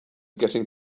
getting